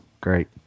great